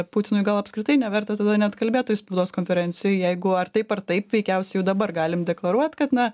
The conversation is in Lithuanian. putinui gal apskritai neverta tada net kalbėt toj spaudos konferencijoj jeigu ar taip ar taip veikiausiai jau dabar galim deklaruot kad na